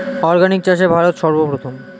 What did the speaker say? organic চাষে ভারত সর্বপ্রথম